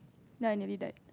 then I nearly died